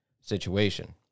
situation